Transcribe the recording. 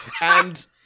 And-